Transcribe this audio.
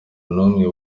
n’umwe